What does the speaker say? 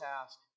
task